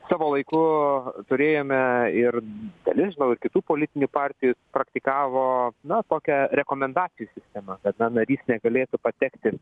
savo laiku turėjome ir dalis žinau ir kitų politinių partijų praktikavo na tokią rekomendacijų sistemą kad na narys negalėtų patekti